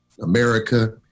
America